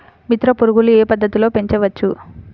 మిత్ర పురుగులు ఏ పద్దతిలో పెంచవచ్చు?